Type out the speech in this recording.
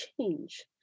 change